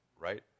right